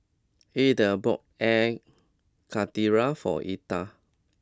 Edgar bought Air Karthira for Elta